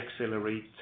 accelerate